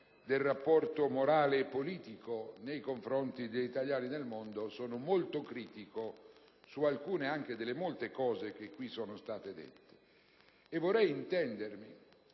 del rapporto morale e politico nei confronti degli italiani nel mondo, sono molto critico su alcune delle molte cose qui dette. Vorrei farmi intendere.